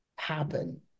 Happen